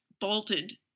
bolted